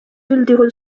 üldjuhul